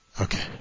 Okay